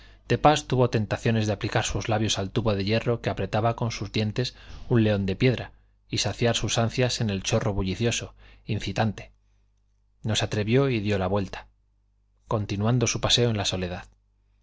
de pas tuvo tentaciones de aplicar sus labios al tubo de hierro que apretaba con sus dientes un león de piedra y saciar sus ansias en el chorro bullicioso incitante no se atrevió y dio la vuelta continuando su paseo en la soledad